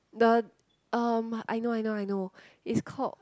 the um I know I know I know is called